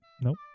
Nope